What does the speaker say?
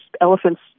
Elephants